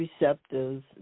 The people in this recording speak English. receptors